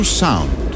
sound